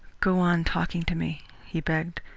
go on talking to me, he begged.